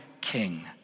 king